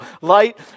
light